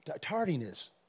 tardiness